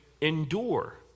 endure